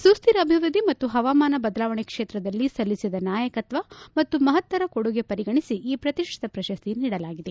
ಸುಕ್ಹರ ಅಭಿವೃದ್ದಿ ಮತ್ತು ಹವಾಮಾನ ಬದಲಾವಣೆ ಕ್ಷೇತ್ರದಲ್ಲಿ ಸಲ್ಲಿಸಿದ ನಾಯಕತ್ವ ಮತ್ತು ಮಹತ್ತರ ಕೊಡುಗೆ ಪರಿಗಣಿಸಿ ಈ ಪ್ರತಿಷ್ಠಿತ ಪ್ರಶಸ್ತಿ ನೀಡಲಾಗಿದೆ